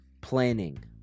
planning